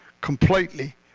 completely